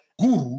guru